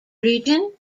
region